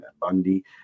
bundy